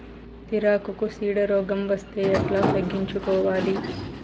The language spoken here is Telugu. సిరాకుకు చీడ రోగం వస్తే ఎట్లా తగ్గించుకోవాలి?